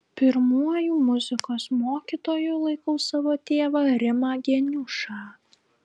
pirmuoju muzikos mokytoju laikau savo tėvą rimą geniušą